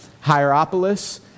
Hierapolis